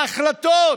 ההחלטות.